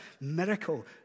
miracle